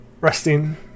resting